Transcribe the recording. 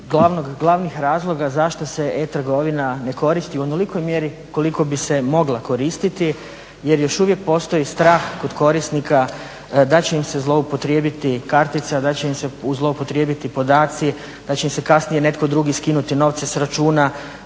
glavnih razloga zašto se e-trgovina ne koristi u onolikoj mjeri koliko bi se mogla koristiti jer još uvijek postoji strah kod korisnika da će im se zloupotrijebiti kartica, da će im se zloupotrijebiti podaci, da će im kasnije netko drugi skinuti novce s računa,